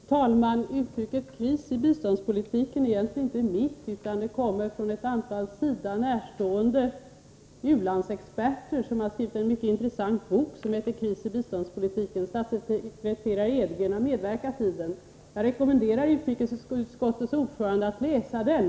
Fru talman! Uttrycket ”kris i biståndspolitiken” är egentligen inte mitt, utan det kommer från ett antal SIDA närstående u-landsexperter, som har skrivit en mycket intressant bok som heter just Kris i biståndspolitiken. Statssekreterare Edgren har medverkat i denna bok. Jag rekommenderar utrikesutskottets ordförande att läsa den.